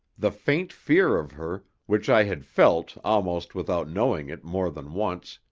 the faint fear of her, which i had felt almost without knowing it more than once,